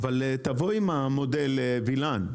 אבל תבוא עם המודל, וילן.